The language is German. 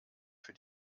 für